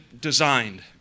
designed